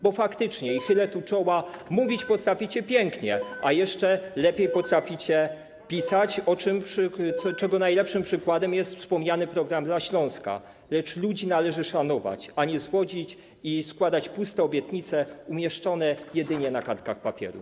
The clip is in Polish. Bo faktycznie, i chylę tu czoła, mówić potraficie pięknie, ale jeszcze lepiej potraficie pisać, czego najlepszym przykładem jest wspomniany „Program dla Śląska”, lecz ludzi należy szanować, a nie ich zwodzić i składać im puste obietnice umieszczone jedynie na kartkach papieru.